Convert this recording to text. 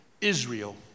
Israel